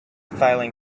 filing